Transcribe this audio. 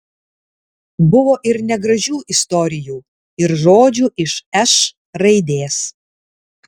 buvo ir negražių istorijų ir žodžių iš š raidės